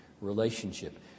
relationship